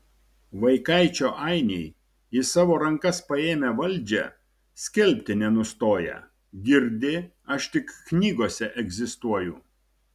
vaikaičio ainiai į savo rankas paėmę valdžią skelbti nenustoja girdi aš tik knygose egzistuoju